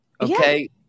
okay